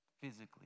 physically